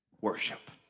worship